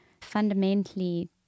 fundamentally